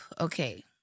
Okay